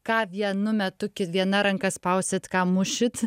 ką vienu metu viena ranka spausit ką mušit